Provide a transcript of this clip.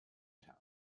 town